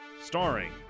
starring